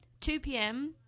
2PM